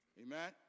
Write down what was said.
Amen